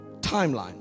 timeline